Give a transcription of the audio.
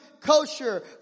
kosher